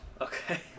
okay